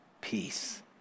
peace